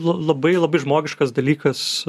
la labai labai žmogiškas dalykas